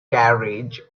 carriage